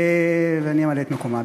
ואני אמלא את מקומה.